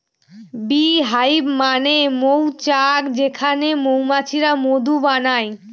bee hive মানে মৌচাক যেখানে মৌমাছিরা মধু বানায়